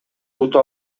утуп